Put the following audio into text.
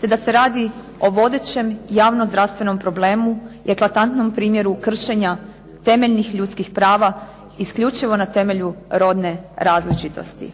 te da se radi o vodećem javno-zdravstvenom problemu i eklatantnom primjeru kršenja temeljnih ljudskih prava isključivo na temelju rodne različitosti.